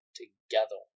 together